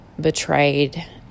betrayed